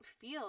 feel